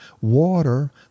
water